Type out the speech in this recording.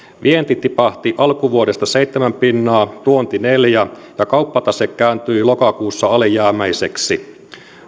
vienti tipahti alkuvuodesta seitsemän pinnaa tuonti neljä ja kauppatase kääntyi lokakuussa alijäämäiseksi